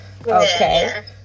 okay